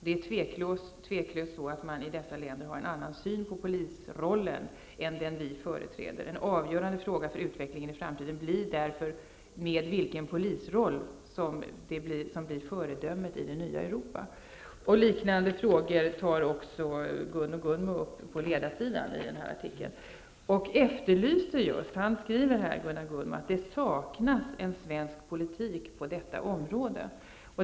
Det är tveklöst så att man i dessa länder har en annan syn på polisrollen än den vi företräder. En avgörande fråga för utvecklingen i framtiden blir därmed vilken polisroll som kommer att bli föredöme i det nya Europa.'' Gunno Gunnmo tar på ledarsidan upp liknande frågor. Han skriver att det saknas en svensk politik på detta område.